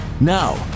Now